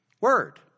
word